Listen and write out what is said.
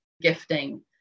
gifting